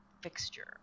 fixture